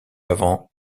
avant